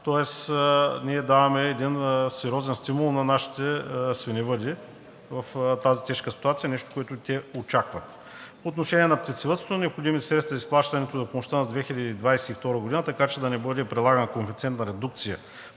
тоест ние даваме един сериозен стимул на нашите свиневъди в тази тежка ситуация, нещо, което те очакват. По отношение на птицевъдството са необходими средства за изплащането на помощта за 2022 г., така че да не бъде прилаган коефициент на редукция